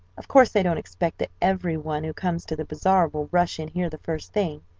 of course i don't expect that every one who comes to the bazaar will rush in here the first thing,